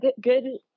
good